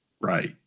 Right